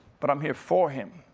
but i'm here for him.